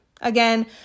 Again